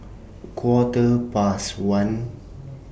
Quarter Past one